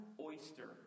oyster